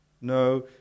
No